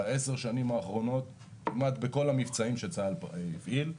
בעשר שנים האחרונות כמעט בכל המבצעים שצה"ל הפעיל,